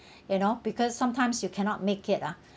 you know because sometimes you cannot make it ah